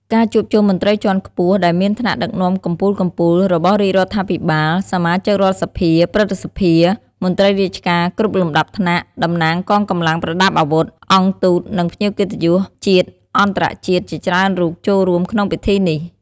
ការជួបជុំមន្ត្រីជាន់ខ្ពស់ ដែលមានថ្នាក់ដឹកនាំកំពូលៗរបស់រាជរដ្ឋាភិបាល សមាជិករដ្ឋសភា ព្រឹទ្ធសភា មន្ត្រីរាជការគ្រប់លំដាប់ថ្នាក់ តំណាងកងកម្លាំងប្រដាប់អាវុធ អង្គទូត និងភ្ញៀវកិត្តិយសជាតិ-អន្តរជាតិជាច្រើនរូបចូលរួមក្នុងពិធីនេះ។